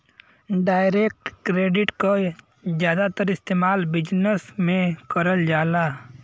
direct credit क जादातर इस्तेमाल बिजनेस में करल जाला